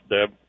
Deb